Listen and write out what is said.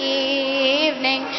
evening